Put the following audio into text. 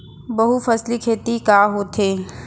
बहुफसली खेती का होथे?